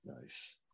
Nice